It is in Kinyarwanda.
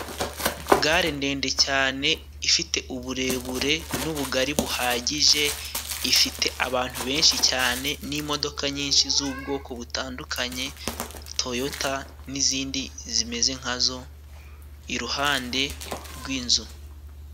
Gare ndende cyane ifite uburebure n'ubugari buhagije. Ifite abantu benshi cyane, n'imodoka nyinshi z'ubwoko butandukanye, toyota n'izindi zimeze nkazo iruhande rw'inzu.